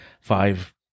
five